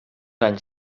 anys